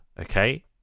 Okay